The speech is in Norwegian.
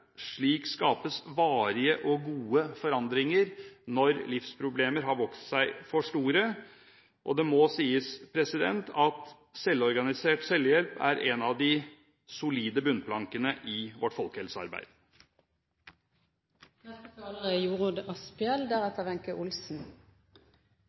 Slik skapes varige og gode forandringer når livsproblemer har vokst seg for store. Det må sies at selvorganisert selvhjelp er en av de solide bunnplankene i vårt